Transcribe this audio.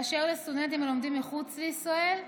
באשר לסטודנטים הלומדים מחוץ לישראל,